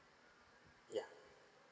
yeah